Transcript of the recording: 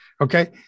Okay